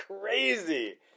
crazy